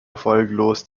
erfolglos